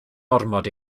ormod